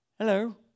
Hello